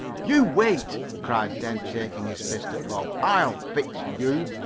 you wait! cried dent, shaking his fist at bob. i'll fix you!